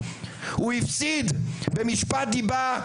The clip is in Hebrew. הוא הפסיד במשפט דיבה,